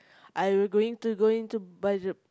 I will going to going to by the